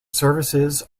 services